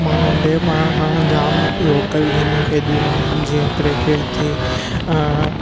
मां नंढिपण खां जाम लोकल गेमियूं खेॾियूं आहिनि जीअं क्रिकेट थी